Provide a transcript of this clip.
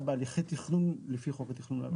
בהליכי תכנון לפי חוק התכנון והבנייה.